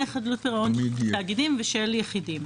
חדלות פירעון של תאגידים ושל יחידים.